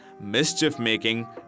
mischief-making